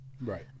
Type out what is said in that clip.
right